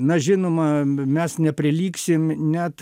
na žinoma mes neprilygsim net